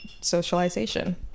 socialization